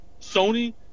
Sony